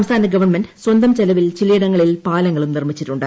സംസ്ഥാന ഗവൺമെന്റ് സ്വന്തം ചെലവിൽ ചിലയിടങ്ങളിൽ പാലങ്ങളും നിർമിച്ചിട്ടുണ്ട്